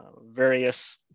various